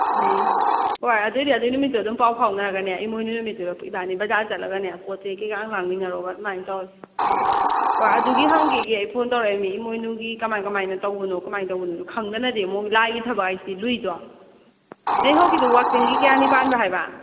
ꯎꯝ ꯍꯣꯏ ꯑꯗꯨꯑꯣꯏꯗꯤ ꯑꯗꯨꯒꯤ ꯅꯨꯃꯤꯠꯇꯣ ꯑꯗꯨꯝ ꯄꯥꯎ ꯐꯥꯎꯅꯔꯒꯅꯦ ꯏꯃꯣꯏꯅꯨ ꯅꯨꯃꯤꯠꯇꯨꯗ ꯏꯕꯥꯅꯤ ꯕꯖꯥꯔ ꯆꯠꯂꯒꯅꯦ ꯄꯣꯠꯆꯩ ꯀꯩꯀꯥ ꯂꯥꯡꯃꯤꯟꯅꯔꯨꯔꯒ ꯑꯗꯨꯃꯥꯏꯅ ꯇꯧꯔꯁꯦ ꯍꯣꯏ ꯑꯗꯨꯒꯤ ꯍꯪꯕꯤꯒꯦ ꯑꯩ ꯐꯣꯟ ꯇꯧꯔꯩꯑꯃꯤ ꯏꯃꯣꯏꯅꯨꯒꯤ ꯀꯃꯥꯏ ꯀꯃꯥꯏꯅ ꯇꯧꯕꯅꯣ ꯀꯃꯥꯏ ꯇꯧꯕꯅꯣ ꯈꯪꯗꯅꯗꯤ ꯑꯃꯨꯛ ꯂꯥꯏꯒꯤ ꯊꯕꯛ ꯍꯥꯏꯁꯤꯗꯤ ꯂꯨꯏꯗꯣ ꯋꯥꯛꯆꯤꯡꯒꯤ ꯀꯌꯥꯅꯤ ꯄꯥꯟꯕ ꯍꯥꯏꯕ